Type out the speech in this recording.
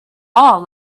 all